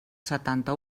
setanta